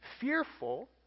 fearful